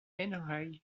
annoyed